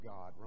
God